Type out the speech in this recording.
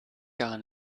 gar